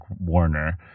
Warner